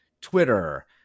Twitter